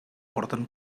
porten